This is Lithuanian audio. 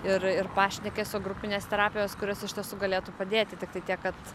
ir ir pašnekesio grupinės terapijos kurios iš tiesų galėtų padėti tiktai tiek kad